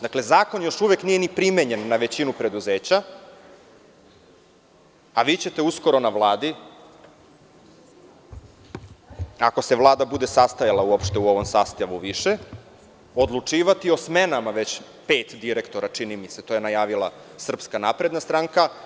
Dakle, zakon još uvek nije ni primenjen na većinu preduzeća, a vi ćete uskoro na Vladi, ako se Vlada bude sastajala uopšte u ovom sastavu više, odlučivati o smenama već pet direktora, što je najavila SNS.